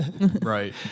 Right